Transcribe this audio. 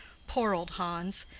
poor old hans!